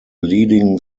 leading